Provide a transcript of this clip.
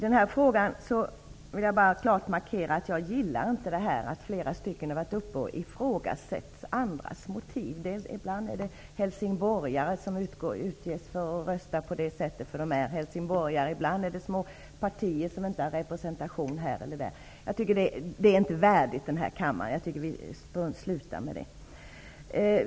Fru talman! Jag vill klart markera att jag inte gillar att flera har ifrågasatt andras motiv. Ibland är det helsingborgare som utges för att rösta på ett visst sätt för att de är just helsingborgare, ibland är det små partier som inte har representation här eller där. Det är inte värdigt denna kammare, och jag tycker att vi skall sluta med det.